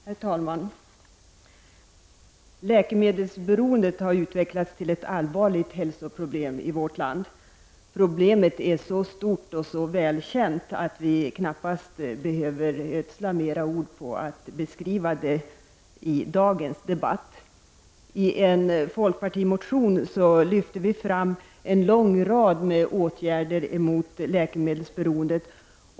Herr talman! Läkemedelsberoende har utvecklats till ett allvarligt hälsoproblem i vårt land. Problemet är så stort och välkänt att vi knappast behöver ödsla ord på att beskriva det närmare i dagens debatt. I en folkpartimotion lyfter vi fram en lång rad åtgärder mot läkemedelsberoende.